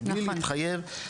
מבלי להתחייב,